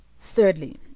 Thirdly